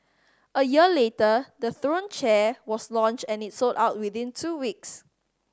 a year later the Throne chair was launched and it sold out within two weeks